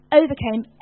overcame